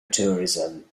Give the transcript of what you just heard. tourism